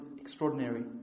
extraordinary